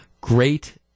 Great